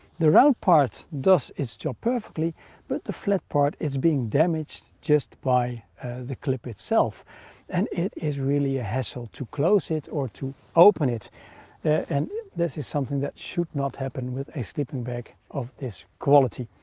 the round part does its job perfectly but the flat part is being damaged just by the clip itself and it is really a hassle to close it or to open it and this is something that should not happen with a sleeping bag of this quality.